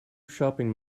shopping